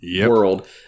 world